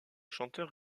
chanteur